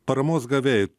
paramos gavėjai